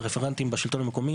עם הרפרנטים בשלטון המקומי.